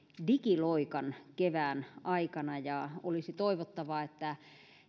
digiloikan kevään aikana ja olisi toivottavaa että